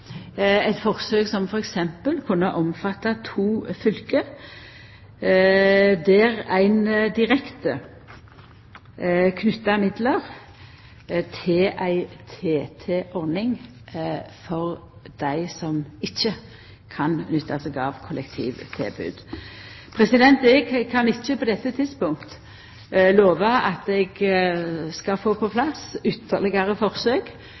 eit forsøk som f.eks. kunne omfatta to fylke der ein direkte knyter midlar til ei TT-ordning for dei som ikkje kan nytta seg av kollektivtilbod. Eg kan ikkje på dette tidspunktet lova at eg skal få på plass ytterlegare forsøk